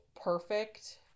perfect